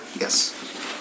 Yes